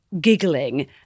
giggling